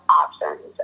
options